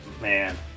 Man